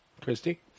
Christy